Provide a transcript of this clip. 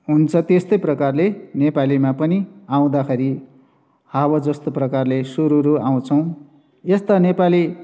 हुन्छ त्यस्तै प्रकारले नेपालीमा पनि आउँदाखेरि हावा जस्तो प्रकारले सुरुरु आउँछौँ यस्ता नेपाली